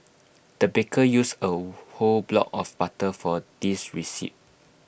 the baker used A whole block of butter for this recipe